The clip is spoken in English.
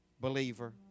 believer